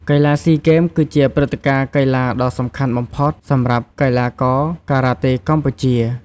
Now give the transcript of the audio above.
កីឡាស៊ីហ្គេមគឺជាព្រឹត្តិការណ៍កីឡាដ៏សំខាន់បំផុតសម្រាប់កីឡាករការ៉ាតេកម្ពុជា។